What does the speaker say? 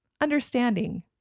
understanding